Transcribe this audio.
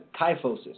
kyphosis